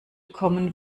kommen